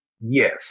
Yes